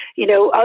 you know, ah